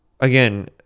Again